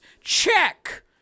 check